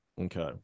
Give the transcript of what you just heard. Okay